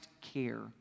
care